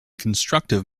constructive